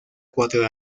cuatro